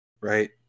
right